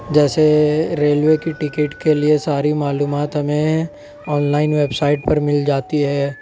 جیسے ریلوے کی ٹکٹ کے لیے ساری معلومات ہمیں آنلائن ویبسائٹ پر مل جاتی ہے